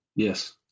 Yes